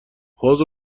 حوض